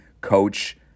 coach